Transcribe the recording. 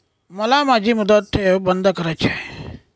मला माझी मुदत ठेव बंद करायची आहे